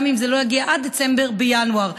גם אם זה לא יגיע עד דצמבר, בינואר.